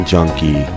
Junkie